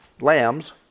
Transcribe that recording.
lambs